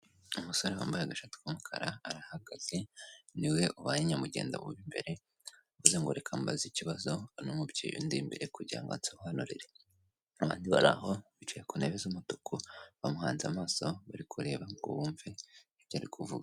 Umusore wambaye agashati k'umukara arahagaze, niwe ubaye nyamugenda mu bimbere, aravuze ngo reka mbaze ikibazo uno mubyeyi undi imbere kugira ngo ansobanurire, abandi bari aho bicaye ku ntebe z'umutuku, bamuhanze amaso bari kureba ngo bumve ibyo ari kuvuga.